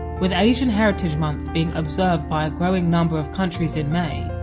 with asian heritage month being observed by a growing number of countries in may,